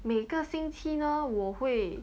每个星期呢我会